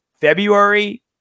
February